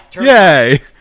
Yay